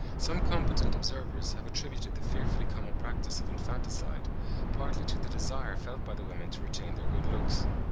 some competent observers have attributed the fearfully common practice of infanticide partly to the desire felt by the women to retain their good looks.